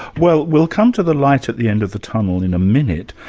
well we'll come to the light at the end of the tunnel in a minute,